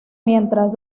mientras